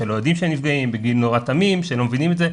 שלא יודעים שהם נפגעים בגיל נורא תמים שהם לא מבינים את זה,